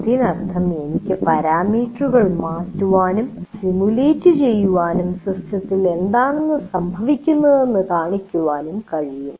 അതിനർത്ഥം എനിക്ക് പാരാമീറ്ററുകൾ മാറ്റാനും സിമുലേറ്റ് ചെയ്യാനും സിസ്റ്റത്തിൽ എന്താണ് സംഭവിക്കുന്നതെന്ന് കാണിക്കാനും കഴിയും